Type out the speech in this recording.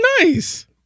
nice